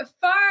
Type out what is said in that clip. Far